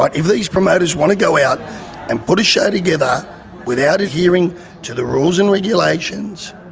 but if these promoters want to go out and put a show together without adhering to the rules and regulations,